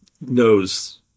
knows